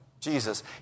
Jesus